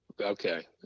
Okay